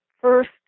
first